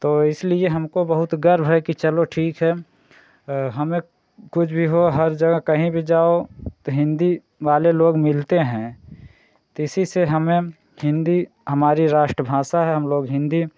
तो इसलिए हमको बहुत गर्व है कि चलो ठीक है हमें कुछ भी हो हर जगह कहीं भी जाओ तो हिन्दी वाले लोग मिलते हैं तो इसी से हमें हिन्दी हमारी राष्ट्र भाषा है हम लोग हिन्दी